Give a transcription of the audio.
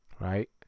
right